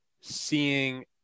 seeing